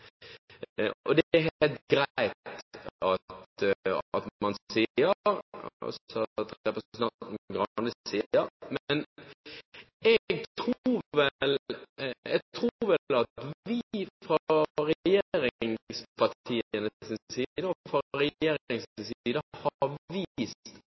Det er helt greit at representanten Skei Grande sier det, men jeg tror vel at vi fra regjeringspartienes side og fra regjeringens side